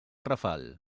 rafal